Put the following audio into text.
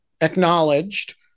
acknowledged